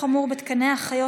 642 ו-698,